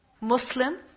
Muslim